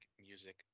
music